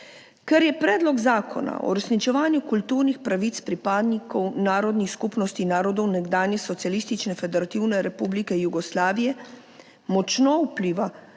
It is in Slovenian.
Ker Predlog zakona o uresničevanju kulturnih pravic pripadnikov narodnih skupnosti narodov nekdanje Socialistične federativne republike Jugoslavije močno vpliva